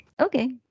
Okay